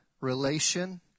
relation